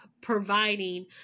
providing